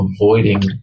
avoiding